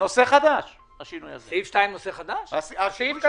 גם הרשימה המשותפת.